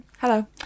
Hello